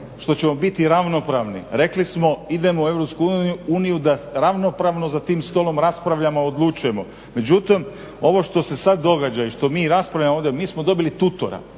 što ćemo biti ravnopravni. Rekli smo idemo u Europsku uniju da ravnopravno za tim stolom raspravljamo i odlučujemo. Međutim, ovo što se sad događa i što mi raspravljamo ovdje, mi smo dobili tutora.